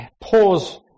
pause